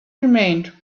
remained